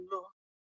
Lord